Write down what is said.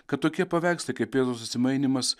kad tokie paveikslai kaip jėzaus atsimainymas